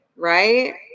Right